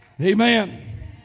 Amen